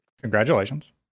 Congratulations